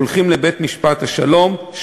הולכים לבית-משפט השלום,